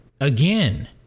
Again